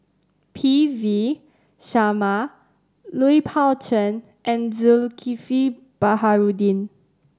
P V Sharma Lui Pao Chuen and Zulkifli Baharudin